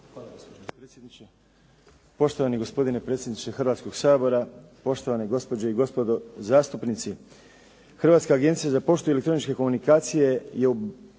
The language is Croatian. Hvala gospodine